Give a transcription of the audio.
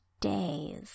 days